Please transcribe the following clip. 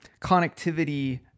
connectivity